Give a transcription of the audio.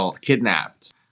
kidnapped